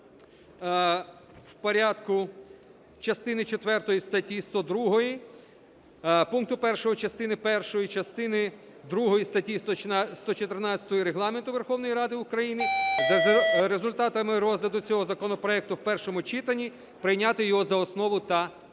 в порядку частини четвертої статті 102, пункту 1 частини першої, частини другої статті 114 Регламенту Верховної Ради України за результатами розгляду цього законопроекту в першому читанні прийняти його за основу та в